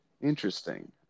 Interesting